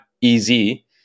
easy